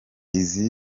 izi